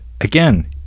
again